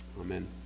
Amen